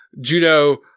Judo